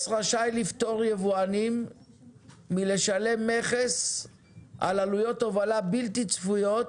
רשאי לפטור יבואנים מלשלם מכס על עלויות הובלה בלתי צפויות